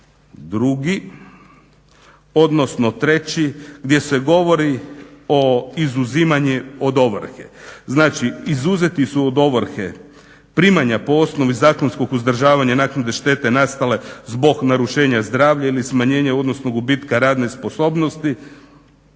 172., odnosno 173. gdje se govori o izuzimanju od ovrhe. Znači izuzeti su od ovrhe primanja po osnovi zakonskog uzdržavanja, naknade štete nastale zbog narušenja zdravlja ili smanjenja odnosno gubitka radne sposobnosti